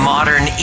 Modern